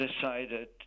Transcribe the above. decided